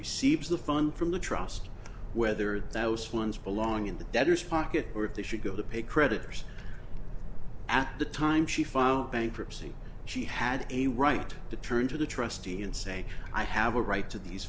receives the fund from the trust whether those funds belong in the debtors pocket or if they should go to pay creditors at the time she filed bankruptcy she had a right to turn to the trustee and say i have a right to these